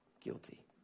guilty